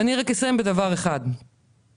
אני אסיים בדבר אחד שבעיניי